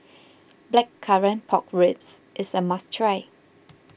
Blackcurrant Pork Ribs is a must try